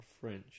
French